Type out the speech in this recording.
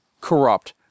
corrupt